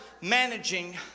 managing